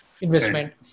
investment